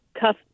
cuff